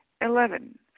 Eleven